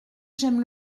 j’aime